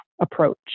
approach